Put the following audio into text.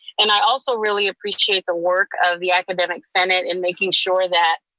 and i also really appreciate the work of the academic senate and making sure that